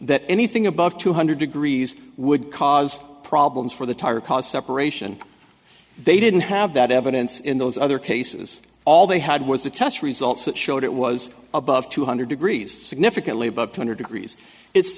that anything above two hundred degrees would cause problems for the tire cause separation they didn't have that evidence in those other cases all they had was the test results that showed it was above two hundred degrees significantly above two hundred degrees it's